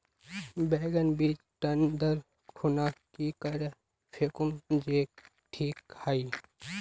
बैगन बीज टन दर खुना की करे फेकुम जे टिक हाई?